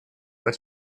but